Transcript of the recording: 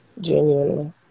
genuinely